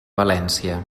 valència